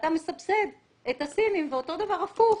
אתה מסבסד את הסינים ואותו דבר הפוך,